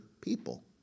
people